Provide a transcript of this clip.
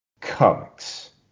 comics